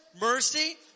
mercy